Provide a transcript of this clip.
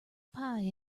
pie